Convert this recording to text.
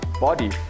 body